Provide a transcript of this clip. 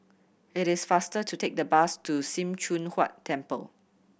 it is faster to take the bus to Sim Choon Huat Temple